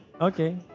Okay